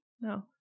no